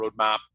roadmap